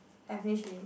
ya finish already